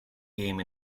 game